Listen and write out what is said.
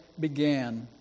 began